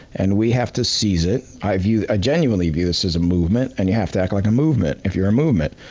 and we have to seize it. i ah genuinely view this as a movement and you have to act like a movement if you're a movement.